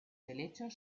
helechos